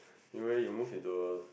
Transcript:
you leh you move into a